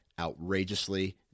outrageously